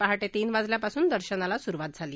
पहाटे तीन वाजल्यापासूनच दर्शनाला स्रुवात झाली